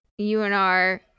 UNR